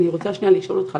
אני רוצה לשאול אותך,